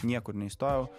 niekur neįstojau